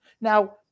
Now